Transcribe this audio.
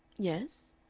yes?